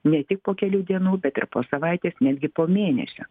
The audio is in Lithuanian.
ne tik po kelių dienų bet ir po savaitės netgi po mėnesio